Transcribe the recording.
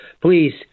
please